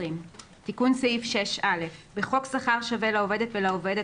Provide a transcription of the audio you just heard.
תיקון סעיף 6א בחוק שכר שווה לעובדת ולעובד,